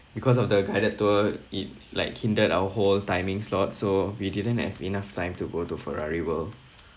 because of the guided tour it like hindered our whole timing slots so we didn't have enough time to go to Ferrari world